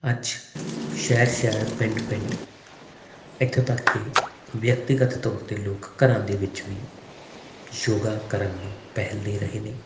ਅੱਜ ਸ਼ਹਿਰ ਸ਼ਹਿਰ ਪਿੰਡ ਪਿੰਡ ਇੱਥੋਂ ਤੱਕ ਕਿ ਵਿਅਕਤੀਗਤ ਤੌਰ 'ਤੇ ਲੋਕ ਘਰਾਂ ਦੇ ਵਿੱਚ ਵੀ ਯੋਗਾ ਕਰਨ ਨੂੰ ਪਹਿਲ ਦੇ ਰਹੇ ਨੇ